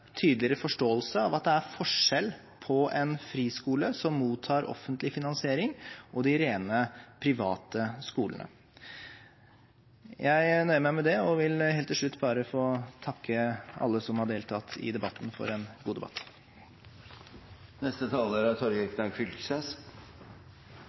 tydeligere forståelse av at det er forskjell på en friskole som mottar offentlig finansiering, og de rent private skolene. Jeg nøyer meg med det og vil helt til slutt bare få takke alle som har deltatt i debatten, for en god debatt.